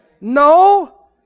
No